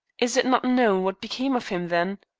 is it not known what became of him, then?